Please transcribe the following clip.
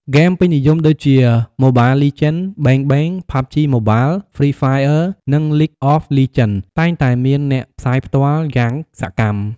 ហ្គេមពេញនិយមដូចជា ម៉ូបាលលីជែន បេងបេង ផាប់ជី ម៉ូបាល ហ្វ្រីហ្វាយអឺនិង លីគអប លីជែន តែងតែមានអ្នកផ្សាយផ្ទាល់យ៉ាងសកម្ម។